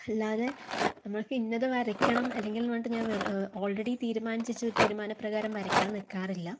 അല്ലാതെ നമ്മൾക്ക് ഇന്നത് വരയ്ക്കണം അല്ലെങ്കിൽ എന്ന് പറഞ്ഞിട്ട് ഞാൻ ഓൾറെഡി തീരുമാനിച്ചു വെച്ച തീരുമാന പ്രകാരം വരയ്ക്കാൻ നിൽക്കാറില്ല